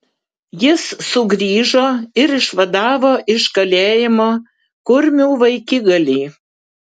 jis sugrįžo ir išvadavo iš kalėjimo kurmių vaikigalį